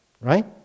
right